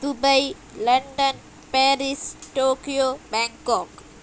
Dubai London Paris Tokyo Bangkok